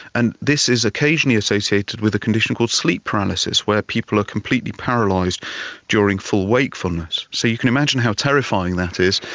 and this is occasionally associated with a condition called sleep paralysis where people are completely paralysed during full wakefulness. so you can imagine how terrifying that is,